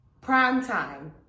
primetime